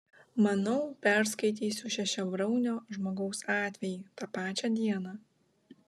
manau perskaitysiu šešiabriaunio žmogaus atvejį tą pačią dieną